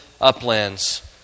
uplands